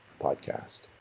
podcast